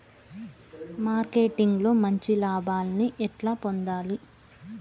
Marketing లో మంచి లాభాల్ని ఎట్లా పొందాలి?